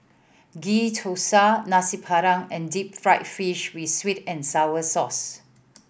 Ghee Thosai Nasi Padang and deep fried fish with sweet and sour sauce